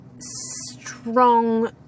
strong